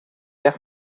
vert